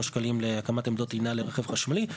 שקלים להקמת עמדות טעינה לרכב חשמלי,